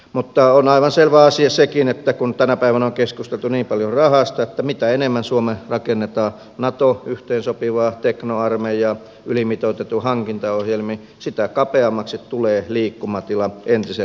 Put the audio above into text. mutta on aivan selvä asia sekin kun tänä päivänä on keskusteltu niin paljon rahasta että mitä enemmän suomeen rakennetaan nato yhteensopivaa teknoarmeijaa ylimitoitetuin hankintaohjelmin sitä kapeammaksi tulee liikkumatila entisen linjan säilyttämiseksi